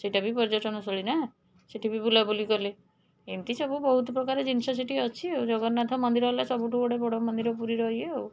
ସେଇଟା ବି ପର୍ଯ୍ୟଟନସ୍ଥଳୀ ନା ସେଠିବି ବୁଲାବୁଲି କଲେ ଏମିତି ସବୁ ବହୁତପ୍ରକାର ଜିନିଷ ସେଇଠି ଅଛି ଆଉ ଜଗନ୍ନାଥ ମନ୍ଦିର ହେଲା ସବୁଠୁ ଗୋଟେ ବଡ଼ମନ୍ଦିର ପୁରୀର ଇଏ ଆଉ